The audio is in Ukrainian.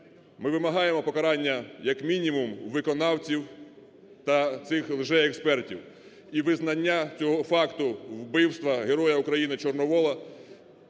Ми вимагаємо покарання, як мінімум, виконавців та цих лжеекспертів і визнання цього факту вбивства Героя України Чорновола,